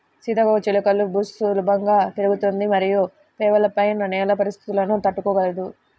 సీతాకోకచిలుక బుష్ సులభంగా పెరుగుతుంది మరియు పేలవమైన నేల పరిస్థితులను తట్టుకోగలదు